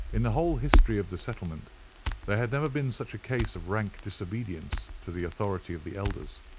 in the whole history of the settlement there had never been such a case of rank disobedience to the authority of the elders.